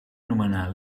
nomenar